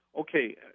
Okay